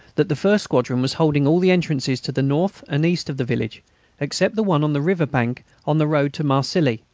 that the first squadron was holding all the entrances to the north and east of the village except the one on the river bank on the road to marcilly,